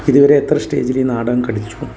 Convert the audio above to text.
ഇതു വരെ എത്ര സ്റ്റേജിലീ നാടകം കളിച്ചു